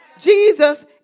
Jesus